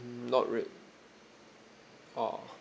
not real orh